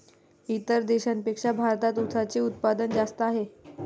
इतर देशांपेक्षा भारतात उसाचे उत्पादन जास्त आहे